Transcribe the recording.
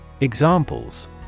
Examples